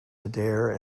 adair